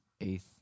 Eighth